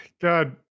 God